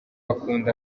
akunda